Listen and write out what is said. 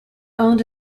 owned